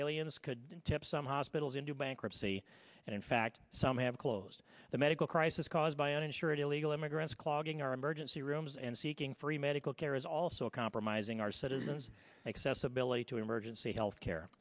tip some hospitals into bankruptcy and in fact some have closed the medical crisis caused by uninsured illegal immigrants clogging our emergency rooms and seeking free medical care is also compromising our citizens accessibility to emergency health care